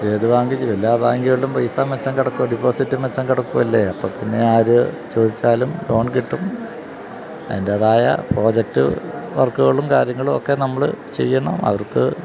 ഏത് ബാങ്ക് എല്ലാ ബാങ്കുകളിലും പൈസ മിച്ചം കിടക്കുകയാണ് ഡിപ്പോസിറ്റ് മിച്ചം കിടക്കുകയല്ലേ അപ്പോള്പ്പിന്നെ ആര് ചോദിച്ചാലും ലോൺ കിട്ടും അതിന്റേതായ പ്രോജക്റ്റ് വർക്കുകളും കാര്യങ്ങളുമൊക്കെ നമ്മള് ചെയ്യണം അവർക്ക്